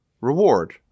reward